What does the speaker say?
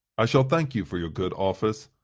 i shall thank you for your good office,